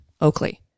Oakley